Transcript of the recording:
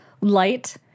light